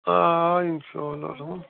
آ اِنشاء اللہ رحمٰن